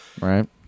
Right